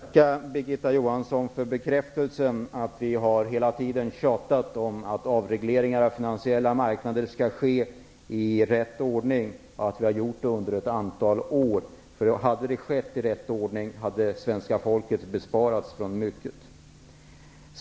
Herr talman! Först vill jag tacka Birgitta Johansson för bekräftelsen på att vi hela tiden under ett antal år har tjatat om att avregleringar för finansiella marknader skall ske i rätt ordning. Om det hade skett i rätt ordning hade det svenska folket besparats mycket.